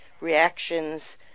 reactions